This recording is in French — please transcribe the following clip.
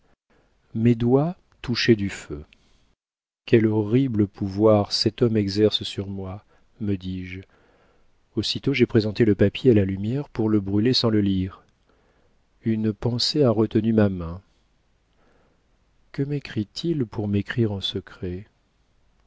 mes doigts touchaient du feu quel horrible pouvoir cet homme exerce sur moi me dis-je aussitôt j'ai présenté le papier à la lumière pour le brûler sans le lire une pensée a retenu ma main que mécrit il pour m'écrire en secret